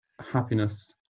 happiness